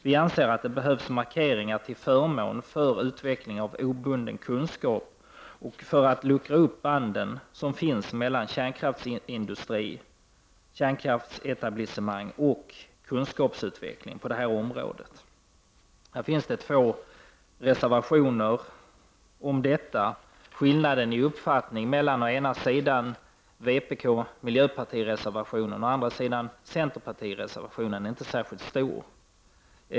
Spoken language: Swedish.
Vi anser att det behövs markeringar till förmån för utveckling av obunden kunskap och för att luckra upp de band som finns mellan kärnkraftsindustri, kärnkraftsetablissemang och kunskapsutveckling på detta område. Det finns två reservationer om detta. Skillnaderna i uppfattning mellan å ena sidan vpk och miljöpartiet och å andra sidan centern är inte särskilt stora.